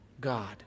God